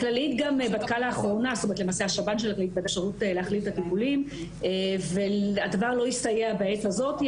הכללית גם בדקה לאחרונה להחליף את ה --- והדבר לא הסתייע בעת הזאת.